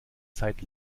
zeit